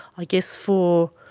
i guess for